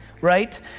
right